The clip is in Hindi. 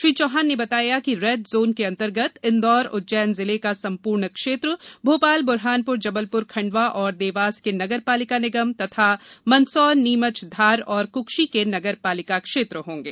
श्री चौहान ने बताया कि रैड जोन के अंतर्गत इंदौर उज्जैन जिले का संपूर्ण क्षेत्र भोपाल ब्रहानप्र जबलप्र खण्डवा एवं देवास के नगर पालिक निगम तथा मंदसौर नीमच धार व कृक्षी के नगर पालिका क्षेत्र होंगे